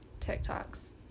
TikToks